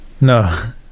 No